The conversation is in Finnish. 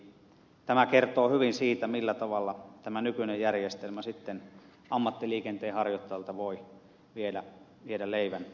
eli tämä kertoo hyvin siitä millä tavalla tämä nykyinen järjestelmä sitten ammattiliikenteen harjoittajalta voi viedä leivän pöydästä